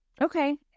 okay